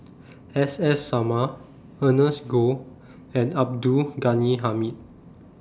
S S Sarma Ernest Goh and Abdul Ghani Hamid